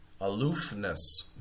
aloofness